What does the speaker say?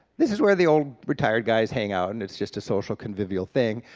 this is where the old retired guys hang out, and it's just a social convivial thing.